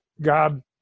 God